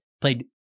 played